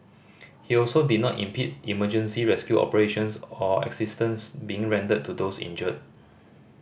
he also did not impede emergency rescue operations or assistance being rendered to those injured